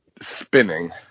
spinning